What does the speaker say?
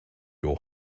your